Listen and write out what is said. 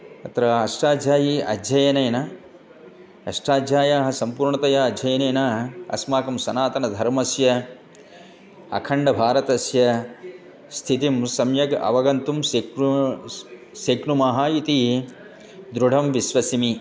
तत्र अष्टाध्यायी अध्ययनेन अष्टाध्यायाः सम्पूर्णतया अध्ययनेन अस्माकं सनातनधर्मस्य अखण्डभारतस्य स्थितिं सम्यक् अवगन्तुं शक्नुमः स् शक्नुमः इति दृढं विश्वसिमि